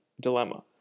dilemma